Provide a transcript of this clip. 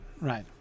Right